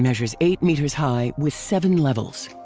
measures eight meters high, with seven levels.